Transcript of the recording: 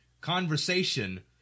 conversation